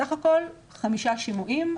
סך הכול חמישה שימועים,